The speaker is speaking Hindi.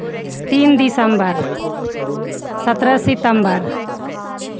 तीन दिसंबर सत्रह सितंबर